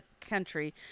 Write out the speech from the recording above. country